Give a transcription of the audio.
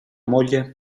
moglie